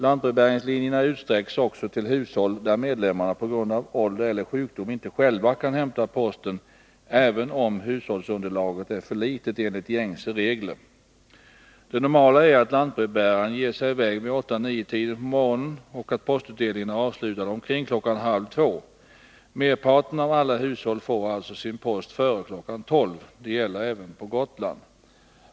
Lantbrevbäringslinjerna utsträcks också till hushåll där medlemmar på grund av ålder eller sjukdom inte själva kan hämta posten, även om hushållsunderlaget är för litet enligt gängse regler. Det normala är att lantbrevbäraren ger sig i väg vid 8-9-tiden på morgonen och att postutdelningen är avslutad omkring kl. 13.30. Merparten av alla hushåll får alltså sin post före kl. 12. Det gäller även på Gotland.